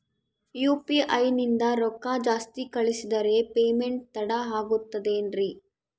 UPI ನಿಂದ ರೊಕ್ಕ ಜಾಸ್ತಿ ಕಳಿಸಿದರೆ ಪೇಮೆಂಟ್ ತಡ ಆಗುತ್ತದೆ ಎನ್ರಿ?